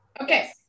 Okay